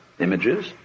images